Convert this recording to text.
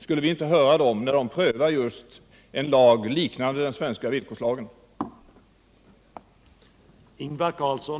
Skulle vi inte höra dem när de prövar en lag liknande den svenska villkorslagen?